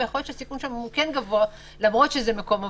ויכול להיות שהסיכון שם הוא גבוה למרות שזה מקום עבודה.